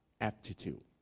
Aptitude